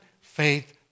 faith